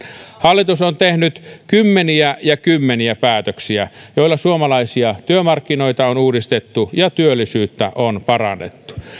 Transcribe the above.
hallitus on tehnyt kymmeniä ja kymmeniä päätöksiä joilla suomalaisia työmarkkinoita on uudistettu ja työllisyyttä on parannettu